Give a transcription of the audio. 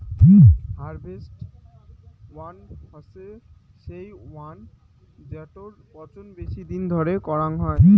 harvest wine হসে সেই wine জেটোর পচন বেশি দিন ধরে করাং হই